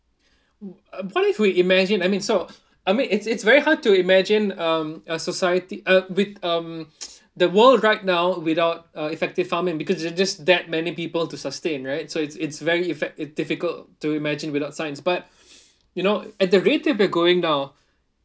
uh what if we imagine I mean so I mean it's it's very hard to imagine um a society uh with um the world right now without uh effective farming because there are just that many people to sustain right so it's it's very effect~ difficult to imagine without science but you know at the rate that we are going now